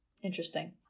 Interesting